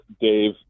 Dave